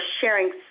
sharing